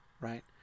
right